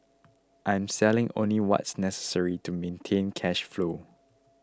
I'm selling only what's necessary to maintain cash flow